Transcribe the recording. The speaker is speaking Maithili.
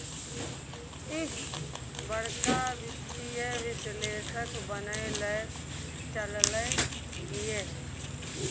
ईह बड़का वित्तीय विश्लेषक बनय लए चललै ये